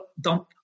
dump